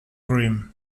rim